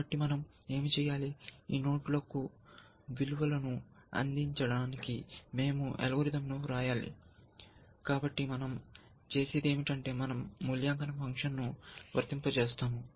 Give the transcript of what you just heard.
కాబట్టి మనం ఏమి చేయాలి ఈ నోడ్లకు విలువలను అందించడానికి మేము అల్గోరిథంలను వ్రాయాలి కాబట్టి మనం చేసేది ఏమిటంటే మనం మూల్యాంకన ఫంక్షన్ను వర్తింపజేస్తాము